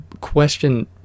question